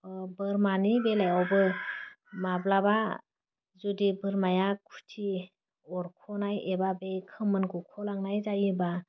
बोरमानि बेलायावबो माब्लाबा जुदि बोरमाया खुथि अरख'नाय एबा बे खोमोन गख'लांनाय जायोबा